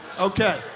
okay